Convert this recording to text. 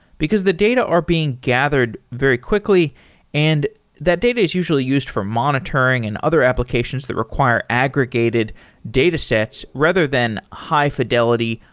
because the data are being gathered very quickly and that data is usually used for monitoring and other applications that require aggregated datasets rather than high-fidelity,